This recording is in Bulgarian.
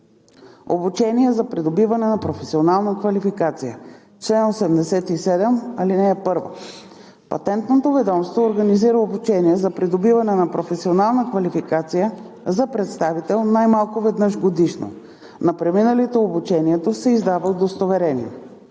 Обучение за придобиване на професионална квалификация Чл. 87. (1) Патентното ведомство организира обучение за придобиване на професионална квалификация за представител най-малко веднъж годишно. На преминалите обучението се издава удостоверение.